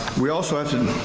we also have,